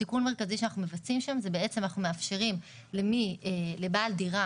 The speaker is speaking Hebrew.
תיקון מרכזי שאנחנו מבצעים שם זה לאפשר לבעל דירה